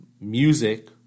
music